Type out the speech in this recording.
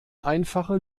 einfache